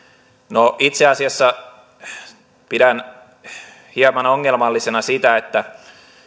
itse asiassa pidän hieman ongelmallisena sitä että